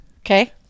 okay